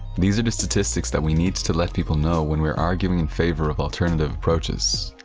these are the statistics that we need to let people know when we are arguing in favour of alternative approaches.